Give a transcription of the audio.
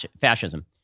fascism